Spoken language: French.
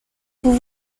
vous